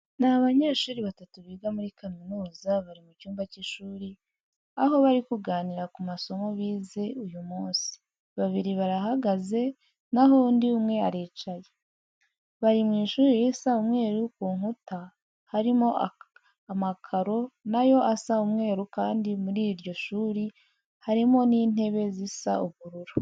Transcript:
Ni abanyeshuri batatu biga muri kaminuza, bari mu cyumba cy'ishuri, aho bari kuganira ku masomo bize uyu munsi, babiri barahagaze naho undi umwe aricaye. Bari mu ishuri risa umweru ku nkuta, harimo amakaro na yo asa umweru kandi muri iryo shuri harimo n'intebe zisa ubururu.